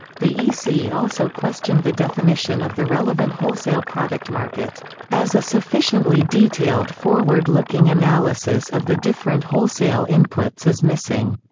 the ec also questioned the definition of the relevant wholesale product market as a sufficiently detailed forward-looking analysis of the different wholesale inputs is missing.